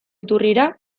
iturrira